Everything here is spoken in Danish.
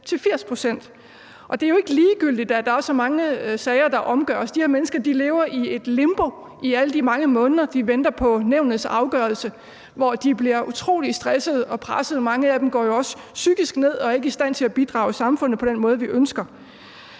til 80 pct. Det er jo ikke ligegyldigt, at der er så mange sager, der omgøres. De her mennesker lever i et limbo i alle de mange måneder, de venter på nævnets afgørelse, hvor de bliver utrolig stressede og pressede. Mange af dem går jo også psykisk ned og er ikke i stand til at bidrage til samfundet på den måde, vi ønsker